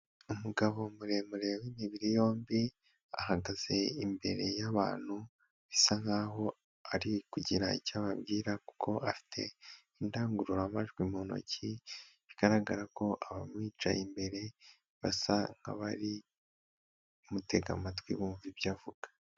Umugabo muremure w'imibiri yombi, ahagaze imbere y'abantu, bisa nkaho ari kugira icyo ababwira kuko afite indangururamajwi mu ntoki, bigaragara ko abamwicaye imbere basa nk'abari kumutega amatwi bumva ibyo avuga.